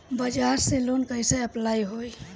बजाज से लोन कईसे अप्लाई होई?